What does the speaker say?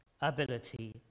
ability